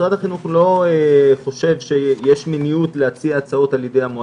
משרד החינוך לא חושב שיש --- להציע הצעות על ידי המועצה,